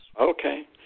Okay